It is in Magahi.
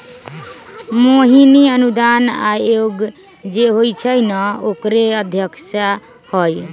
मोहिनी अनुदान आयोग जे होई छई न ओकरे अध्यक्षा हई